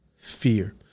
fear